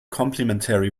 complimentary